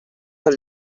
del